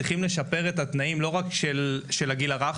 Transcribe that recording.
צריכים לשפר את התנאים לא רק של הגיל הרך.